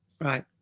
Right